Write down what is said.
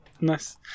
Nice